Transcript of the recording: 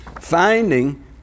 finding